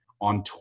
on